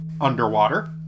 underwater